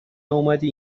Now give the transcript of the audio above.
اومدی